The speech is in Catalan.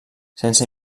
sense